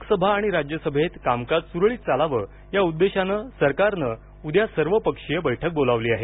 लोकसभा आणि राज्यसभेत कामकाज सुरळीत चालावे या उद्देशानं सरकारनं उद्या सर्वपक्षीय बैठक बोलावली आहे